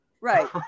Right